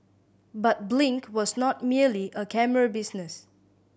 but Blink was not merely a camera business